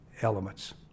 elements